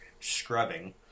scrubbing